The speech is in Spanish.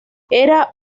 era